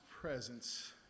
presence